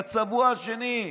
הצבוע השני,